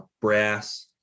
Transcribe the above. brass